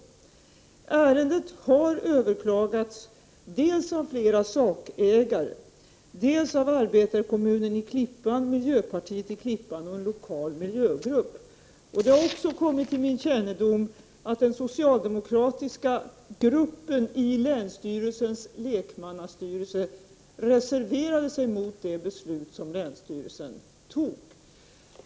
Ärendet har överklagats av flera sakägare, arbetarkommunen i Klippan, miljöpartiet i Klippan och en lokal miljögrupp. Det har också kommit till min kännedom att den socialdemokratiska gruppen i länsstyrelsens lekmannastyrelse reserverade sig mot det beslut som länsstyrelsen fattade.